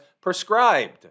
prescribed